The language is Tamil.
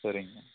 சரிங்க